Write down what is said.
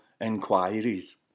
inquiries